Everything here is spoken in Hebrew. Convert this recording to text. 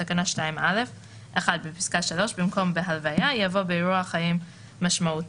בתקנה 2(א) - בפסקה (3) במקום "בהלוויה" יבוא "באירוע חיים משמעותי,